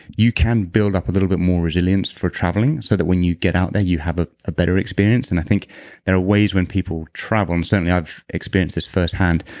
you can build up a little bit more resilience for traveling so that when you get out there, you have a ah better experience. and i think there are ways when people travel, and certainly i've experienced this firsthand,